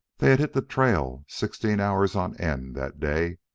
they had hit the trail sixteen hours on end that day,